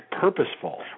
purposeful